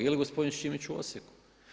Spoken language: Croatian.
Ili gospodin Šimić u Osijeku?